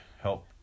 help